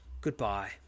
Goodbye